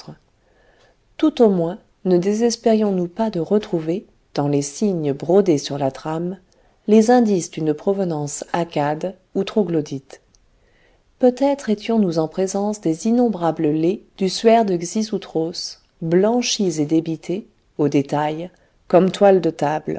tout au moins ne désespérions nous pas de retrouver dans les signes brodés sur la trame les indices d'une provenance accade ou troglodyte peut-être étions-nous en présence des innombrables lés du suaire de xisouthros blanchis et débités au détail comme toiles de table